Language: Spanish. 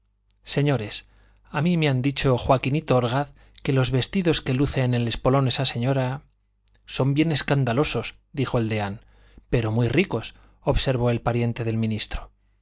señores a mí me ha dicho joaquinito orgaz que los vestidos que luce en el espolón esa señora son bien escandalosos dijo el deán pero muy ricos observó el pariente del ministro